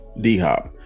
D-Hop